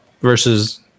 versus